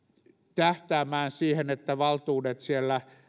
tähtäämään siihen että valtuudet